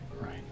right